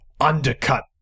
undercut